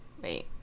Wait